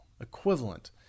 Equivalent